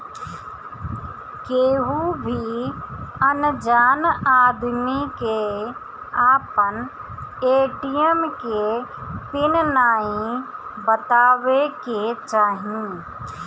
केहू भी अनजान आदमी के आपन ए.टी.एम के पिन नाइ बतावे के चाही